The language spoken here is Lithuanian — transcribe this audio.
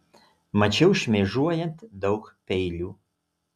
mačiau šmėžuojant daug peilių